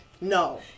No